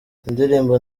indirimbo